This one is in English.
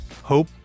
hope